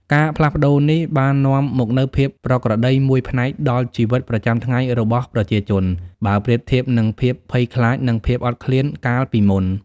ការផ្លាស់ប្តូរនេះបាននាំមកនូវភាពប្រក្រតីមួយផ្នែកដល់ជីវិតប្រចាំថ្ងៃរបស់ប្រជាជន បើប្រៀបធៀបនឹងភាពភ័យខ្លាច និងភាពអត់ឃ្លានកាលពីមុន។